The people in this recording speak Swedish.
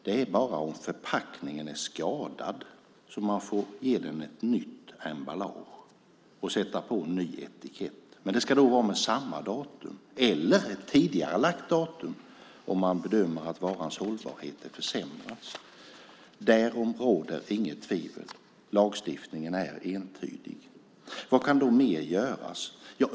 Det är bara om förpackningen är skadad som man får ge den ett nytt emballage och sätta på en ny etikett. Men det ska då vara med samma datum eller ett tidigarelagt datum, om man bedömer att varans hållbarhet är försämrad. Därom råder inget tvivel. Lagstiftningen är entydig. Vad kan mer göras?